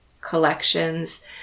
collections